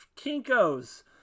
kinko's